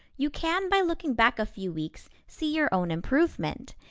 you can by looking back a few weeks see your own improvement.